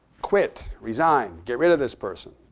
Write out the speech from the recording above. quit. resign. get rid of this person.